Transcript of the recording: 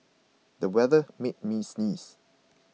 the weather made me sneeze